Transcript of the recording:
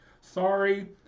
sorry